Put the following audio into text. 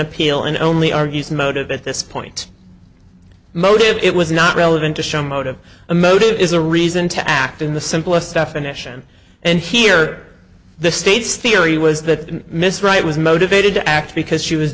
appeal and only argues motive at this point motive it was not relevant to show motive a motive is a reason to act in the simplest definition and here the state's theory was that miss wright was motivated to act because she was